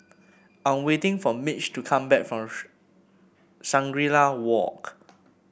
I'm waiting for Mitch to come back from Shangri La Walk